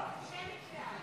(קוראת בשמות חברי הכנסת)